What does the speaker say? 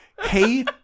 Hey